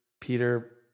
Peter